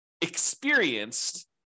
experienced